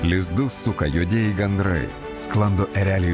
lizdus suka juodieji gandrai sklando ereliai